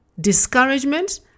Discouragement